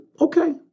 okay